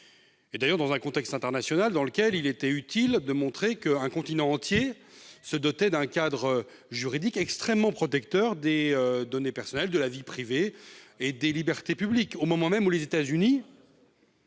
d'ailleurs fait dans un contexte international particulier : il était utile de montrer qu'un continent entier se dotait d'un cadre juridique extrêmement protecteur des données personnelles, de la vie privée et des libertés publiques au moment même où les États-Unis,